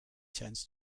turns